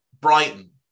Brighton